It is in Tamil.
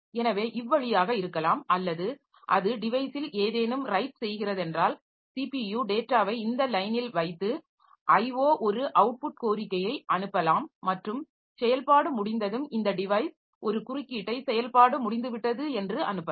எனவே இவ்வழியாக இருக்கலாம் அல்லது அது டிவைஸில் ஏதேனும் ரைட் செய்கிறதென்றால் ஸிபியு டேட்டாவை இந்த லைனில் வைத்து IO ஒரு அவுட்புட் கோரிக்கையை அனுப்பலாம் மற்றும் செயல்பாடு முடிந்ததும் இந்த டிவைஸ் ஒரு குறுக்கீட்டை செயல்பாடு முடிந்துவிட்டது என்று அனுப்பலாம்